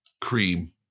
Cream